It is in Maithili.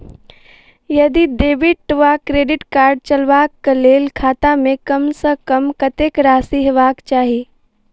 यदि डेबिट वा क्रेडिट कार्ड चलबाक कऽ लेल खाता मे कम सऽ कम कत्तेक राशि हेबाक चाहि?